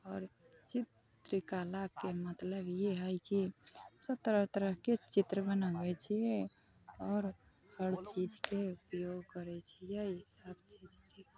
आओर चित्रकलाके मतलब ई है कि सभ तरह तरहके चित्र बनाबै छियै आओर हर चीजके उपयोग करै छियै हर चीजके